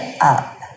up